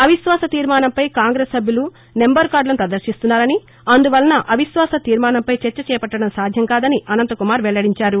అవిశ్వాస తీర్మానంపై కాంగ్రెస్ సభ్యులు నెంబర్ కార్డులను ప్రదర్శిస్తున్నారని అందువలన అవిశ్వాస తీర్మానంపై చర్చ చేపట్టడం సాధ్యం కాదని అనంత్ కుమార్ వెల్లడించారు